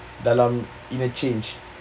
dalam inner change